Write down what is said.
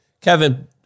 Kevin